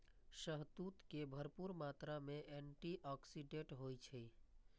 शहतूत मे भरपूर मात्रा मे एंटी आक्सीडेंट होइ छै